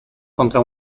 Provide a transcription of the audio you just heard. contra